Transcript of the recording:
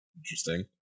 interesting